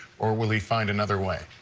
or would he find another way?